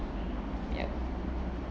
yup